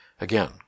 Again